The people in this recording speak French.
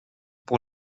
pour